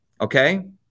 Okay